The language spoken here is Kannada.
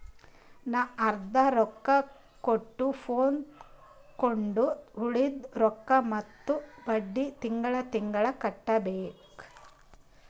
ನಾ ಅರ್ದಾ ರೊಕ್ಕಾ ಕೊಟ್ಟು ಫೋನ್ ತೊಂಡು ಉಳ್ದಿದ್ ರೊಕ್ಕಾ ಮತ್ತ ಬಡ್ಡಿ ತಿಂಗಳಾ ತಿಂಗಳಾ ಕಟ್ಟಬೇಕ್